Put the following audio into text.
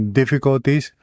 difficulties